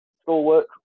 Schoolwork